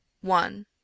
One